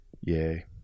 Yay